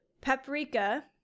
paprika